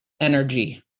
energy